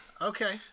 Okay